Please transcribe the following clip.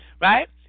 right